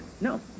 No